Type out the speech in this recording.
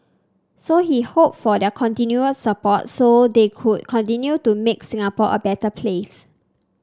so he hoped for their continued support so they could continue to make Singapore a better place